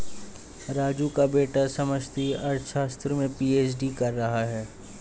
राजू का बेटा समष्टि अर्थशास्त्र में पी.एच.डी कर रहा है